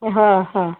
ଏ ହଁ ହଁ